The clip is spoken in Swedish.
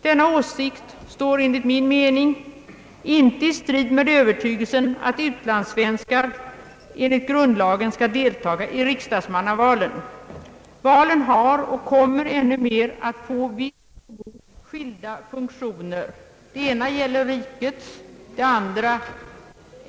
Denna åsikt står, enligt min mening, inte i strid med övertygelsen att utlandssvenskar enligt grundlagen skall deltaga i riksdagsmannavalen. De båda valen har och kommer ännu mer att få vitt skilda funktioner.